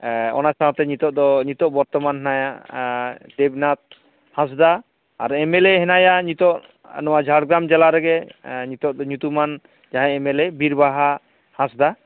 ᱚᱱᱟ ᱥᱟᱶᱛᱮ ᱱᱤᱛᱚᱜ ᱫᱚ ᱱᱤᱛᱤᱜ ᱵᱚᱨᱛᱚᱢᱟᱱ ᱦᱮᱱᱟᱭᱟ ᱫᱮᱵᱽᱱᱟᱛᱷ ᱦᱟᱸᱥᱫᱟ ᱟᱨ ᱮᱢᱮᱞᱮ ᱦᱮᱱᱟᱭᱟ ᱱᱤᱛᱚᱜ ᱱᱚᱣᱟ ᱡᱷᱟᱲᱜᱨᱟᱢ ᱡᱮᱞᱟ ᱨᱮᱜᱮ ᱱᱤᱛᱚᱜ ᱫᱚ ᱧᱩᱛᱩᱢᱟᱱ ᱡᱟᱦᱟᱸᱭ ᱮᱢᱮᱞᱮ ᱵᱤᱨᱵᱟᱦᱟ ᱦᱟᱸᱥᱫᱟ